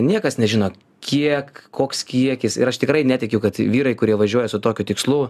niekas nežino kiek koks kiekis ir aš tikrai netikiu kad vyrai kurie važiuoja su tokiu tikslu